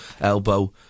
Elbow